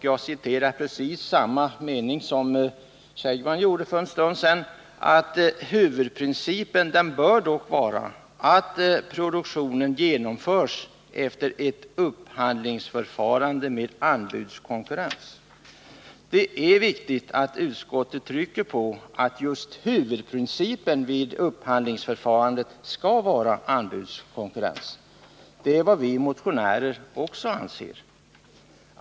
Jag citerar precis samma mening som Bo Siegbahn citerade för en stund sedan: ”Huvudprincipen bör dock vara att produktionen genomförs efter ett upphandlingsförfarande med anbudskonkurrens.” Det är viktigt att utskottet trycker på att just huvudprincipen vid upphandlingsförfarande skall vara anbudskonkurrens. Det är vad också vi motionärer anser.